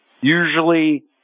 usually